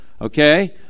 okay